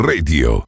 Radio